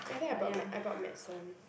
I think I brought meds I brought medicine